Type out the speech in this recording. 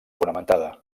fonamentada